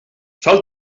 sol